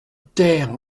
ter